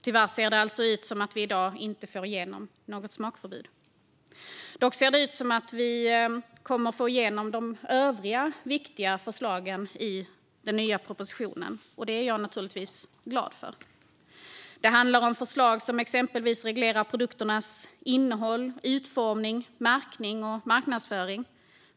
Tyvärr ser det alltså ut som att vi i dag inte får igenom något smakförbud. Dock ser det ut som att vi kommer att få igenom de övriga viktiga förslagen i den nya propositionen, och det är jag naturligtvis glad för. Det handlar exempelvis om förslag om reglering av produkternas innehåll, utformning, märkning och marknadsföring.